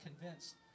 convinced